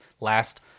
last